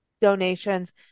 donations